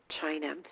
China